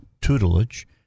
tutelage